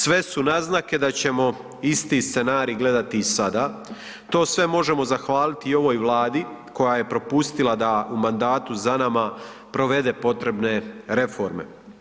Sve su naznake da ćemo isti scenarij gledati i sada, to sve možemo zahvaliti ovoj Vladi koja je propustila da u mandatu za nama provede potrebne reforme.